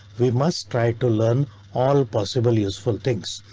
we must try to learn all possible useful things.